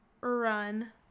run